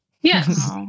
yes